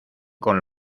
con